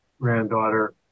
granddaughter